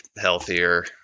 healthier